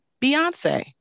Beyonce